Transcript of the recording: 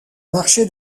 marché